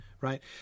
right